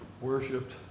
worshipped